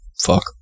fuck